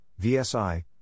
VSI